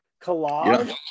collage